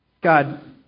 God